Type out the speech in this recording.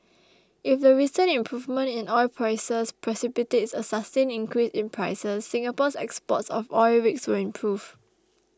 if the recent improvement in oil prices precipitates a sustained increase in prices Singapore's exports of oil rigs will improve